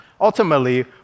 Ultimately